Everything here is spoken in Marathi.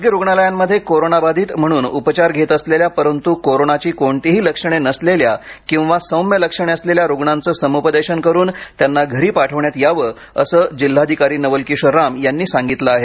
खाजगी रुग्णामलयांमध्येन कोरोना बाधित म्हकणून उपचार घेत असलेल्यार परंतू कोरोनाची कोणतीही लक्षणे नसलेल्या किंवा सौम्यध लक्षणे असलेल्या् रुग्णांपचे समूपदेशन करुन त्यांचना घरी पाठविण्यातत यावं असं जिल्हासधिकारी नवल किशोर राम यांनी सांगितलं आहे